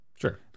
Sure